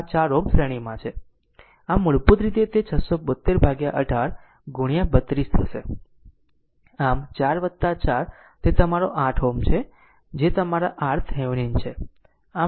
આમ મૂળભૂત રીતે તે 67218 ગુણ્યા 32 હશે આમ 4 4 તે તમારો 8 Ω છે જે તમારા RThevenin છે